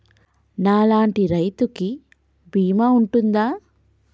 నా లాంటి రైతు కి బీమా ఉంటుందా?